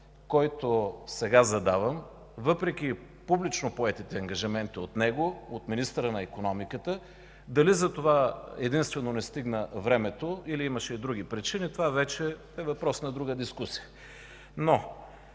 който сега задавам, въпреки публично поетите ангажименти от него – от министъра на икономиката. Дали за това единствено не стигна времето, или имаше други причини, това вече е въпрос на друга дискусия.